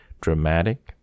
dramatic